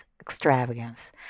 extravagance